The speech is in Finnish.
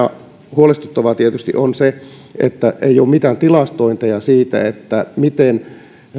huolestuttavaa tietysti on se että ei ole mitään tilastointeja siitä miten